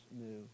new